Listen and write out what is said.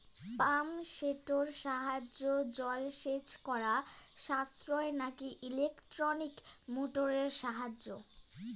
Pump সেটের সাহায্যে জলসেচ করা সাশ্রয় নাকি ইলেকট্রনিক মোটরের সাহায্যে?